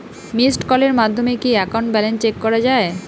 Missed কলের মাধ্যমে কি একাউন্ট ব্যালেন্স চেক করা যায়?